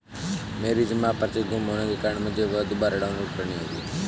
मेरी जमा पर्ची गुम होने के कारण मुझे वह दुबारा डाउनलोड करनी होगी